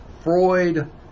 Freud